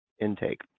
intake